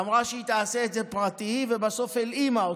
אמרה שהיא תעשה את זה פרטי ובסוף הלאימה אותו.